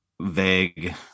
vague